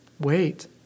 wait